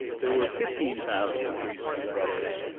there were fifteen thousand priests and brothers,